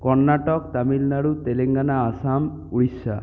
Karnataka Tamil Nadu Telangana Assam Orissa